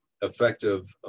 effective